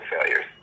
failures